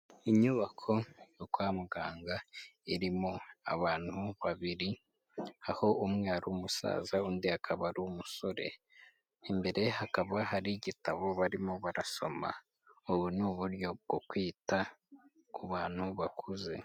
Inyubako yo kwa muganga irimo abantu babiri aho umwe umusaza undi akaba ari umusore imbere hakaba hari igitabo barimo barasoma ubu ni uburyo bwo kwita ku bantu bakuze.